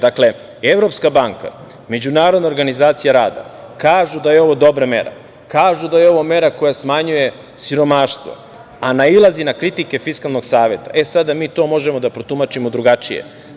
Dakle, Evropska banka, Međunarodna organizacija rada kažu da je ovo dobra mera, kažu da je ovo mera koja smanjuje siromaštvo, a nailazi na kritike Fiskalnog saveta, e, sada mi to možemo da protumačimo drugačije.